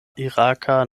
iraka